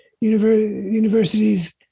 Universities